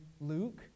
Luke